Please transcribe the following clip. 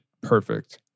perfect